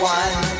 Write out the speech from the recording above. one